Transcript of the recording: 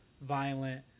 violent